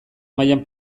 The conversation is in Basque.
mailan